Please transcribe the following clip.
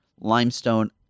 limestone